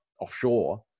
offshore